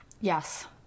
Yes